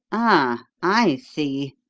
ah, i see!